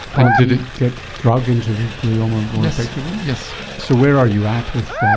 but did it get drug into the glioma more effectively? yes. so where are you at with ah